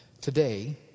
today